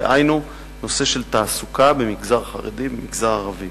דהיינו הנושא של תעסוקה במגזר החרדי ובמגזר הערבי.